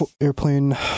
airplane